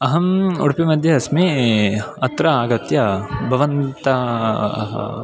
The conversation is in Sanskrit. अहम् उडुपिमध्ये अस्मि अत्र आगत्य भवन्त